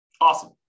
Awesome